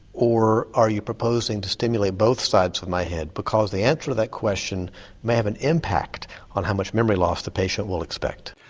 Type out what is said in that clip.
or are you proposing to stimulate both sides of my head? because the answer to that question may have an impact on how much memory loss the patient will expect.